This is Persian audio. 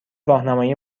راهنمایی